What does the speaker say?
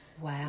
Wow